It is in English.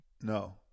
No